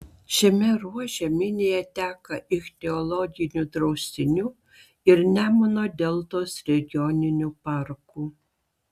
šiame ruože minija teka ichtiologiniu draustiniu ir nemuno deltos regioniniu parku